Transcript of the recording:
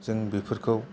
जों बेफोरखौ